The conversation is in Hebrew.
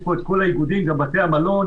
יש פה את כל האיגודים: בתי המלון,